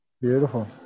Beautiful